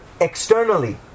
externally